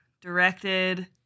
directed